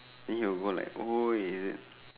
then he will go like orh is it